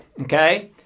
okay